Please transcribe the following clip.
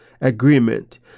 agreement